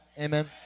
Amen